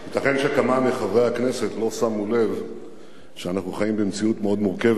ייתכן שכמה מחברי הכנסת לא שמו לב שאנחנו חיים במציאות מאוד מורכבת,